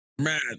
mad